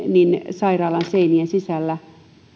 sairaalan seinien sisällä